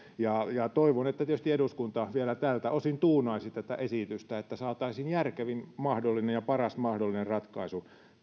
toivon tietysti että eduskunta vielä tältä osin tuunaisi tätä esitystä niin että saataisiin järkevin mahdollinen ja paras mahdollinen ratkaisu